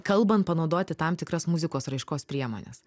kalbant panaudoti tam tikras muzikos raiškos priemones